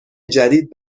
جدید